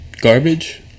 Garbage